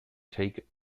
take